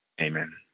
amen